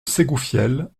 ségoufielle